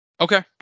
Okay